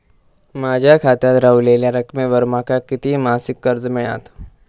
माझ्या खात्यात रव्हलेल्या रकमेवर माका किती मासिक कर्ज मिळात?